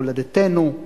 מולדתנו,